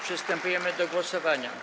Przystępujemy do głosowania.